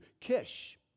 Kish